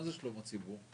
מה זה שלום הציבור?